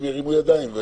אנשים ירימו ידיים.